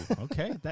okay